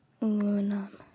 Aluminum